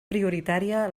prioritària